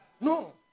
No